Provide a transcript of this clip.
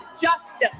justice